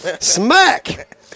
Smack